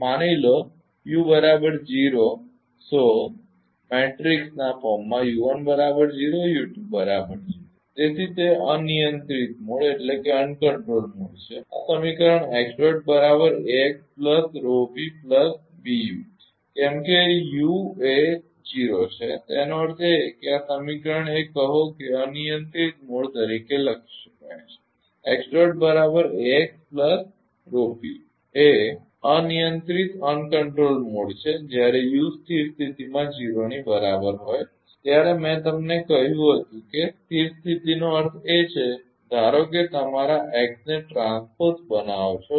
માની લો તેથી તે અનિયંત્રિત મોડ છે તેથી આ સમીકરણ કેમકે યુ એ 0 છે તેનો અર્થ એ કે આ સમીકરણ એ કહો કે અનિયંત્રિત મોડ તરીકે લખી શકાય છે તે અનિયંત્રિત મોડ છે જ્યારે u સ્થિર સ્થિતિમાં 0 ની બરાબર હોય ત્યારે મેં તમને કહ્યું હતું કે સ્થિર સ્થિતિનો અર્થ છે કે ધારો કે તમારા એક્સને ટ્રાન્સપોઝ બનાવો છો